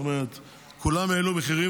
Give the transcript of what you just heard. זאת אומרת: כולם העלו מחירים,